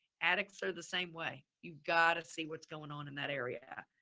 attics are the same way. you've got to see what's going on in that area.